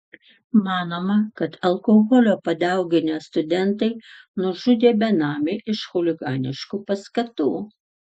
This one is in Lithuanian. manoma kad alkoholio padauginę studentai nužudė benamį iš chuliganiškų paskatų